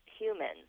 humans